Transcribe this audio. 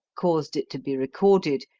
caused it to be recorded,